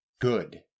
good